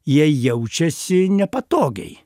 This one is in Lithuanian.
jie jaučiasi nepatogiai